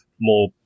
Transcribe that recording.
more